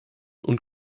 und